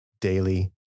daily